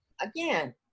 again